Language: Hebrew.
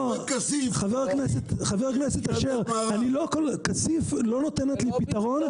לא, ח"כ אשר, כסיף לא נותנת לי פתרון.